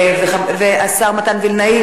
השר מתן וילנאי,